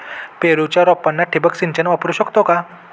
पेरूच्या रोपांना ठिबक सिंचन वापरू शकतो का?